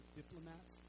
diplomats